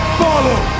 follow